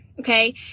okay